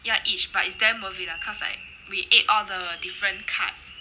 ya each but it's damn worth it lah cause like we ate all the different cut